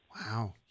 Wow